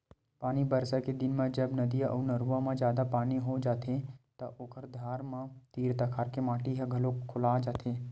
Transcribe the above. पानी बरसा के दिन म जब नदिया अउ नरूवा म जादा पानी आ जाथे त ओखर धार म तीर तखार के माटी ह घलोक खोला जाथे